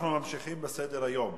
אנחנו ממשיכים בסדר-היום.